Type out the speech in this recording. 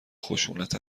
خشونت